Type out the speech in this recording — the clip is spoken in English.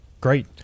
Great